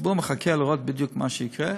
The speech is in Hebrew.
הציבור מחכה לראות בדיוק מה שיקרה,